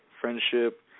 Friendship